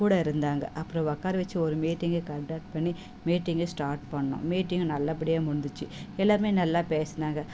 கூட இருந்தாங்க அப்புறோம் உக்கார வச்சி ஒரு மீட்டிங்கை கண்டெக்ட் பண்ணி மீட்டிங்கை ஸ்டார்ட் பண்ணிணோம் மீட்டிங்கும் நல்லபடியாக முடிஞ்சிச்சு எல்லோருமே நல்லா பேசினாங்க